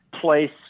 place